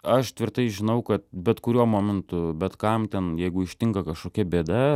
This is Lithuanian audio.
aš tvirtai žinau kad bet kuriuo momentu bet kam ten jeigu ištinka kažkokia bėda